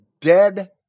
dead